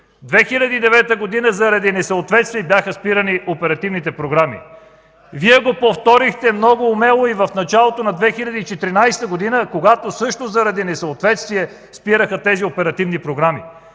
2009 г. заради несъответствия бяха спирани оперативните програми. Вие го повторихте много умело и в началото на 2014 г., когато също заради несъответствия спираха тези оперативни програми.